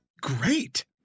great